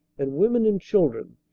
and women and children,